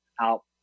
out